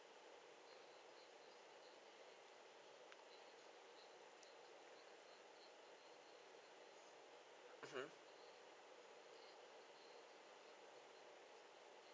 mmhmm